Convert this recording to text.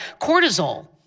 cortisol